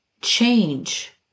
change